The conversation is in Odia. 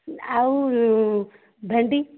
ଆଉ ଭେଣ୍ଡି